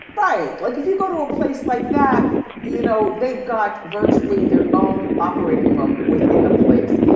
right, like if you go to a place like that, you know, they've got virtually their own operating room within a place.